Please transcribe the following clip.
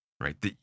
right